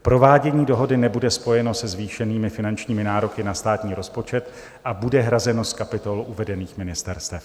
Provádění dohody nebude spojeno se zvýšenými finančními nároky na státní rozpočet a bude hrazeno z kapitol uvedených ministerstev.